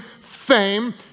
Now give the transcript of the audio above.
fame